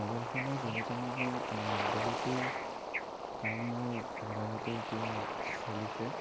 mobile ফোনৰ জৰিয়তে মই বহুতো কাম মোৰ ম'বাইলতে এতিয়া চলিছে